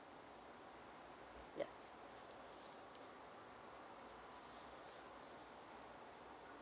yup